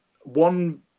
one